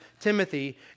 Timothy